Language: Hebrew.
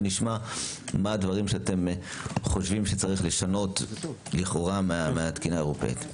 ונשמע מה הדברים שאתם חושבים שיש לשנות לכאורה מהתקינה האירופאית.